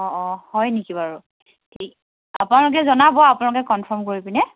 অঁ অঁ হয় নেকি বাৰু ঠিক আপোনালোকে জনাব আপোনালোকে কনফাৰ্ম কৰি পিনে